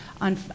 on